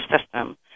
system